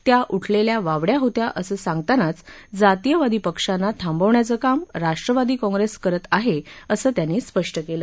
त्या उठलेल्या वावड्या होत्या असं सांगतानाच जातीयवादी पक्षांना थांबवण्याचं काम राष्ट्रवादी काँग्रेस करत आहे असं त्यांनी स्पष्ट केलं